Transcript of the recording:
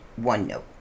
OneNote